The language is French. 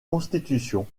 constitution